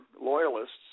loyalists